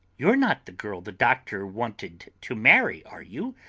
you're not the girl the doctor wanted to marry, are you?